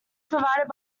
provided